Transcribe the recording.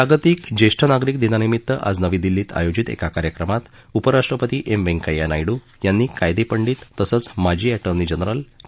जागतिक ज्येष्ठ नागरिक दिनानिमित्त आज नवी दिल्लीमधे आयोजित एका कार्यक्रमात उपराष्ट्रपती एम व्यंकय्या नायडू यांनी कायदेपंडित तसंच माजी अटर्नी जनरल के